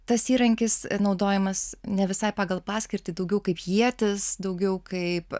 tas įrankis naudojamas ne visai pagal paskirtį daugiau kaip ietis daugiau kaip